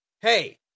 hey